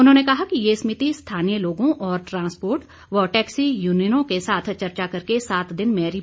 उन्होंने कहा कि ये समिति स्थानीय लोगों और ट्रांस्पोर्ट व टैक्सी यूनियनों के साथ चर्चा करके सात दिन में रिपोर्ट पेश करेगी